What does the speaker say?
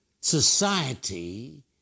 Society